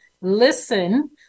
listen